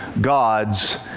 God's